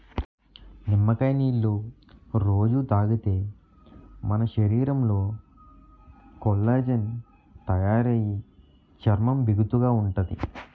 నిమ్మకాయ నీళ్ళు రొజూ తాగితే మన శరీరంలో కొల్లాజెన్ తయారయి చర్మం బిగుతుగా ఉంతాది